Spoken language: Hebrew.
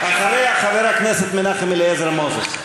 אחריה, חבר הכנסת מנחם אליעזר מוזס.